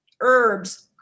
herbs